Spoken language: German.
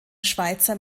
schweizer